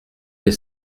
des